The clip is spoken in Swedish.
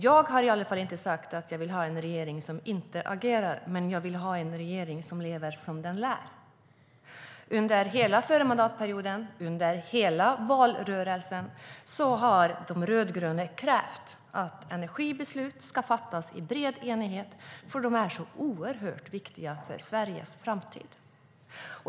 Jag har inte sagt att jag vill ha en regering som inte agerar, men jag vill ha en regering som gör som den lär. Under hela förra mandatperioden, under hela valrörelsen har de rödgröna krävt att energibeslut ska fattas i bred enighet, eftersom de är så oerhört viktiga för Sveriges framtid.